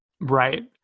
Right